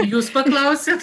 jūs paklausit